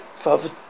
Father